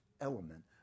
element